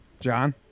John